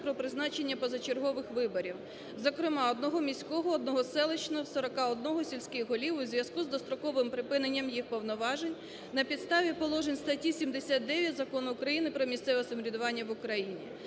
про призначення позачергових виборів, зокрема одного міського, одного селищного, 41 сільських голів у зв’язку з достроковим припиненням їх повноважень на підставі положень статті 79 Закону України "Про місцеве самоврядування в Україні".